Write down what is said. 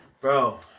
bro